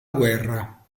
guerra